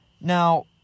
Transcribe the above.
Now